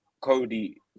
Cody